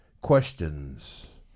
questions